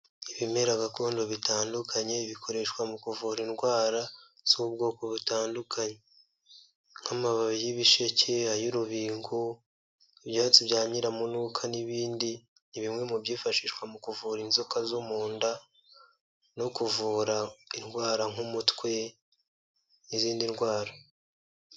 Ibimera gakondo bitandukanye bikoreshwa mu kuvura indwara z'ubwoko butandukanye nk'amababi y'ibisheke ay'urubingo ibyatsi bya nyiramuwuka n'ibindi ni bimwe mu byifashishwa mu kuvura inzoka zo mu nda no kuvura indwara nk'umutwe n'izindi ndwara.